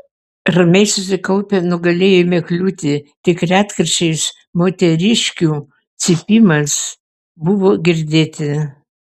ramiai susikaupę nugalėjome kliūtį tik retkarčiais moteriškių cypimas buvo girdėti